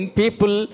people